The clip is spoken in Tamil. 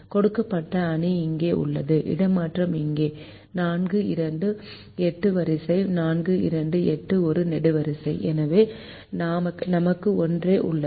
கொடுக்கப்பட்ட அணி இங்கே உள்ளது இடமாற்றம் இங்கே 4 2 8 வரிசை 4 2 8 ஒரு நெடுவரிசை எனவே நமக்கு ஒன்றே உள்ளது